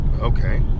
Okay